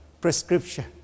prescription